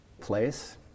place